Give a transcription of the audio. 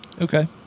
Okay